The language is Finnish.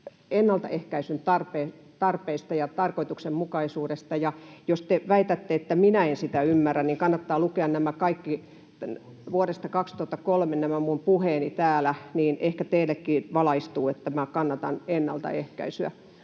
ennaltaehkäisyn tarpeesta ja tarkoituksenmukaisuudesta. Ja jos te väitätte, että minä en sitä ymmärrä, niin kannattaa lukea kaikki nämä minun puheeni täällä vuodesta 2003, niin että ehkä teillekin valaistuu, että minä kannatan ennaltaehkäisyä.